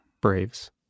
Braves